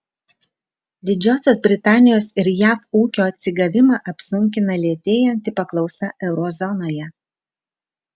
didžiosios britanijos ir jav ūkio atsigavimą apsunkina lėtėjanti paklausa euro zonoje